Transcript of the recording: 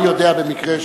אני יודע במקרה,